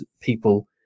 people